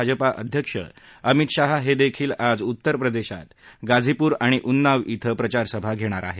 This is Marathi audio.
भाजपा अध्यक्ष अमित शाह देखील आज उत्तर प्रदेशात गाझीपूर आणि उन्नाव क्वे प्रचारसभा घेणार आहेत